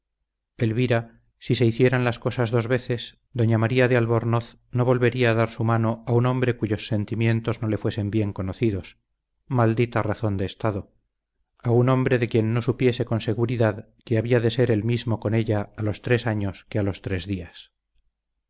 elvira si se hicieran las cosas dos veces doña maría de albornoz no volvería a dar su mano a un hombre cuyos sentimientos no le fuesen bien conocidos maldita razón de estado a un hombre de quien no supiese con seguridad que había de ser el mismo con ella a los tres años que a los tres días